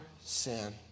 sin